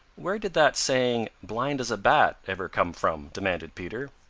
where did that saying blind as a bat ever come from? demanded peter.